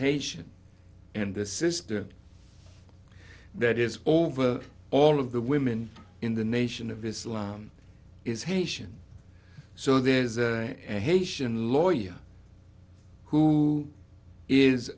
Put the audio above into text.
haitian and the sister that is over all of the women in the nation of islam is haitian so there's a haitian lawyer who is